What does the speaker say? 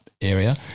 area